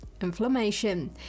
Inflammation